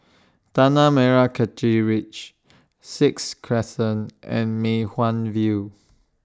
Tanah Merah Kechil Ridge Sixth Crescent and Mei Hwan View